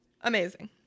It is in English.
amazing